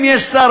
אם יש שר,